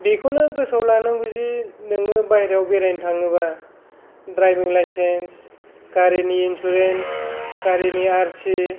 बेखौनो गोसोआव लानांगौ जे नोङो बायहेरायाव बेरायनो थाङोबा ड्रायबिं लायसेन्स गारिनि इन्सुरेन्स गारिनि आरसि